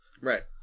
Right